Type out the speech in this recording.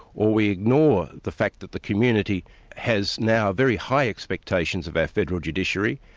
or we ignore the fact that the community has now very high expectations of our federal judiciary,